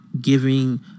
giving